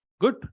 Good